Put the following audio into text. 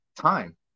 time